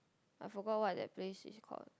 I forgot what that place is called